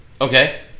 Okay